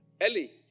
Ellie